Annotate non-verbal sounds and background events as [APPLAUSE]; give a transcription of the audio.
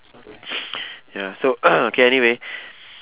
[NOISE] ya so [COUGHS] K anyway